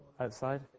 Outside